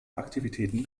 aktivitäten